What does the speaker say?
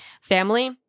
family